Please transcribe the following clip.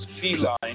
feline